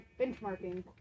Benchmarking